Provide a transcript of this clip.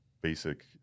basic